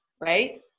right